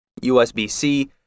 USB-C